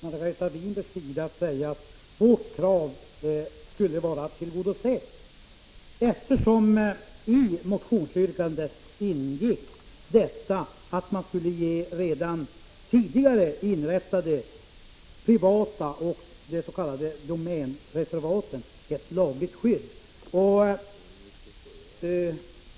Margareta Winbergs sida att säga att vårt krav var tillgodosett. I motionsyrkandet ingick ju att man skulle ge tidigare inrättade privata reservat och domänreservat ett lagligt skydd.